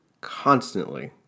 constantly